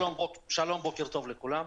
בוקר טוב לכולם.